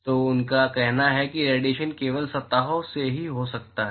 तो उनका कहना है कि रेडिएशन केवल सतहों से ही हो सकता है